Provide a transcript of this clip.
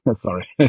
sorry